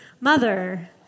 mother